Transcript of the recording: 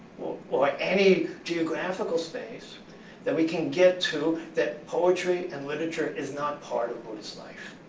or any geographical space that we can get to, that poetry and literature is not part of buddhist life.